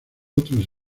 otros